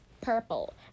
purple